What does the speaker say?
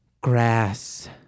grass